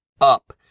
up